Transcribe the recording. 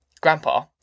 Grandpa